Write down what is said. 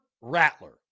Rattler